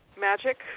magic